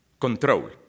control